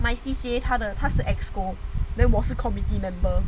my C_C_A 它的它是 executive committee then 我是 committee member